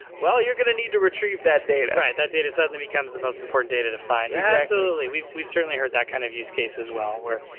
well, you're going to need to retrieve that data. right. that data suddenly becomes the most important data to find. absolutely. we've we've certainly heard that kind of use case as well, where,